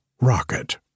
rocket